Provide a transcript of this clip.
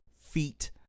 feet